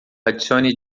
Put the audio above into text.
adicione